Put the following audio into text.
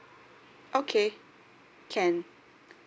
okay can